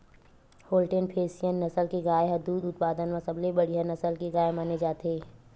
Holstein Friesian नसल के गाय ह दूद उत्पादन म सबले बड़िहा नसल के गाय माने जाथे